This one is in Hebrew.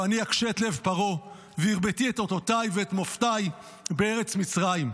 "ואני אקשה את לב פרעה והרביתי את אֹתֹתַי ואת מופתַי בארץ מצרים".